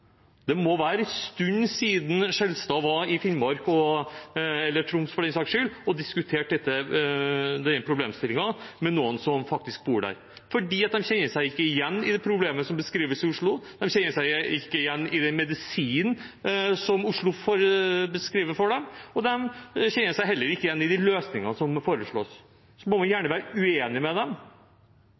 sammen, må det være en stund siden Skjelstad var i Finnmark – eller Troms for den saks skyld – og diskuterte denne problemstillingen med noen som faktisk bor der, for de kjenner seg ikke igjen i det problemet som beskrives i Oslo, de kjenner seg ikke igjen i den medisinen som Oslo foreskriver for dem, og de kjenner seg heller ikke igjen i de løsningene som foreslås. Så må man gjerne være uenig med dem.